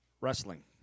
wrestling